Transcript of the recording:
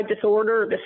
disorder